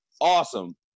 awesome